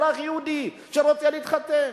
אזרח יהודי שרוצה להתחתן,